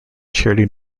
charity